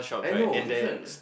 I know different